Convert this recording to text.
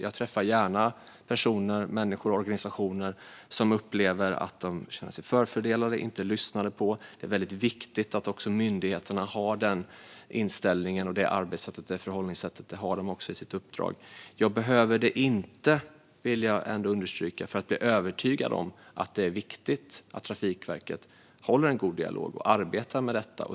Jag träffar gärna personer och organisationer som känner sig förfördelade eller upplever att de inte blir lyssnade på. Det är väldigt viktigt att även myndigheterna har denna inställning, detta arbetssätt och detta förhållningssätt. Det har de också i sitt uppdrag. Jag vill ändå understryka att jag inte behöver ett sådant besök för att bli övertygad om att det är viktigt att Trafikverket håller en god dialog och arbetar med detta.